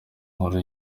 nkuru